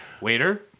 Waiter